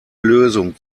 lösung